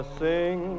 sing